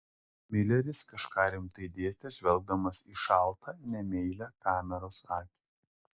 mileris kažką rimtai dėstė žvelgdamas į šaltą nemeilią kameros akį